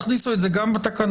תכניסו את זה גם בתקנות.